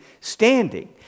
standing